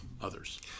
others